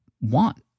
want